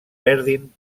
perdin